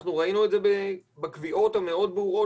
אנחנו ראינו את זה בקביעות המאוד ברורות